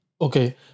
Okay